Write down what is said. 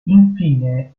infine